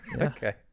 Okay